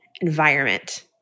environment